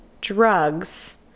drugs